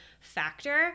factor